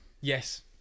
yes